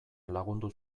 lagundu